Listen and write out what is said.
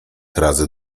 razy